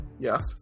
yes